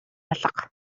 алга